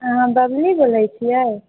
अहाँ बबली बोलै छिए